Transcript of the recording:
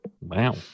Wow